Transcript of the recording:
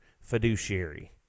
fiduciary